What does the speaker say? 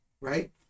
right